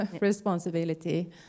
responsibility